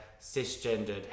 cisgendered